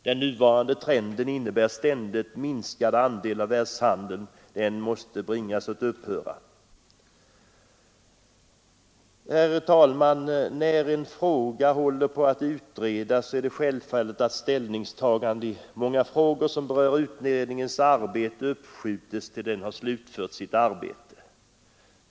Den nuvarande trenden innebär ständigt minskad andel av världshandeln, och den måste bringas att upphöra. Herr talman! När en fråga håller på att utredas är det självklart att ställningstaganden i många avseenden som berör utredningens arbete uppskjuts till dess den slutfört sitt uppdrag.